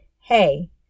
hey